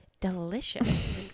delicious